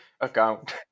Account